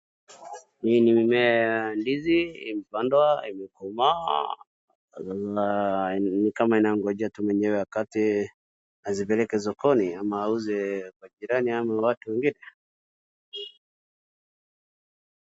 Hii ni mimea ya ndizi imepandwa, imekomaa na sasa ni kama inangoja tu mwenyewe akate azipeleke sokoni ama auze kwa jirani ama watu wengine.